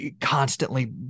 constantly